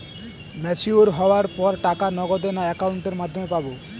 Mature হওয়ার পর টাকা নগদে না অ্যাকাউন্টের মাধ্যমে পাবো?